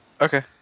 Okay